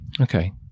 Okay